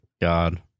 god